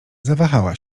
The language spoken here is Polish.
zawahała